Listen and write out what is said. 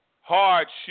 hardship